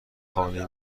خانه